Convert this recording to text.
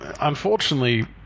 unfortunately